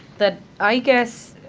that i guess,